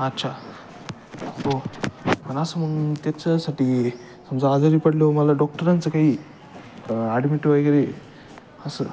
अच्छा हो पण असं मग त्याच्यासाठी समजा आजारी पडल्यावर मला डॉक्टरांचं काही ॲडमिट वगैरे असं